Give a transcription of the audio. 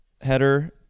header